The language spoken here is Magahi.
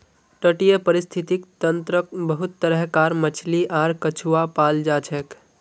तटीय परिस्थितिक तंत्रत बहुत तरह कार मछली आर कछुआ पाल जाछेक